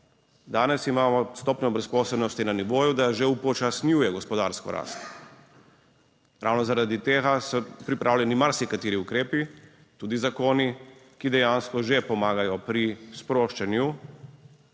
Danes imamo stopnjo brezposelnosti na nivoju, da že upočasnjuje gospodarsko rast. Ravno zaradi tega so pripravljeni marsikateri ukrepi, tudi zakoni, ki dejansko že pomagajo pri sproščanju